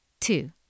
Two